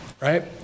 right